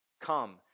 Come